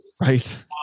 Right